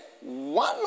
one